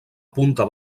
punta